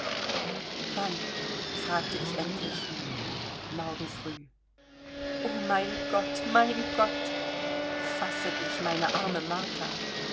wann fragte ich endlich morgen früh o mein gott mein gott fasse dich meine arme martha